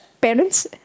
parents